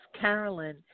Carolyn